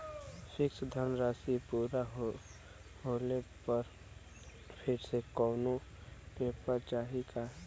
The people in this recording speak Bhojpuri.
फिक्स धनराशी पूरा होले पर फिर से कौनो पेपर चाही का?